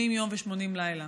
80 יום ו-80 לילה.